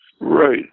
Right